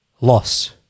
loss